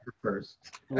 first